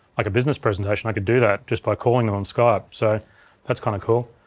like a business presentation, i could do that just by calling them on skype, so that's kinda cool.